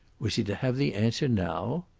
was he to have the answer now?